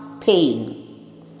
pain